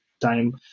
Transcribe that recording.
time